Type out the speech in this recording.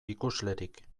ikuslerik